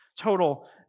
Total